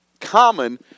common